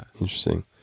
Interesting